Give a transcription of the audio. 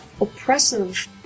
oppressive